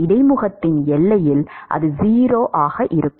இடைமுகத்தின் எல்லையில் அது 0 ஆகும்